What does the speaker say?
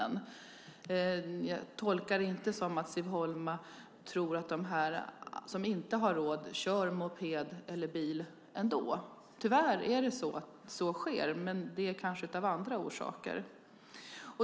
Jag tolkar det inte som att Siv Holma tror att de som inte har råd ändå kör moped eller bil. Tyvärr sker också det, men det kanske är av andra orsaker.